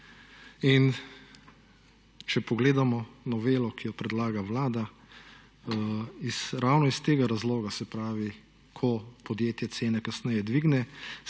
in če pogledamo novelo, ki jo predlaga Vlada, ravno iz tega razloga, se pravi, ko podjetje cene kasneje dvigne,